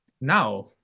Now